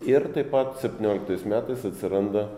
ir taip pat septynioliktais metais atsiranda